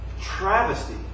travesty